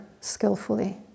skillfully